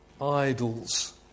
idols